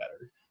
better